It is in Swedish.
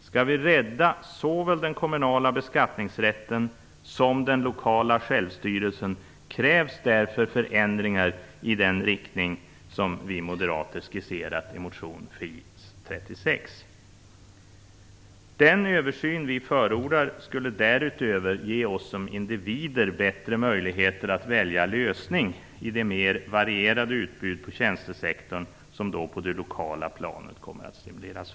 Skall vi rädda såväl den kommunala beskattningsrätten som den lokala självstyrelsen krävs därför förändringar i den riktning som vi moderater skisserat i motion Fi36. Den översyn vi förordar skulle därutöver ge oss som individer bättre möjligheter att välja lösning i det mer varierade utbud inom tjänstesektorn som då kommer att stimuleras fram på det lokala planet.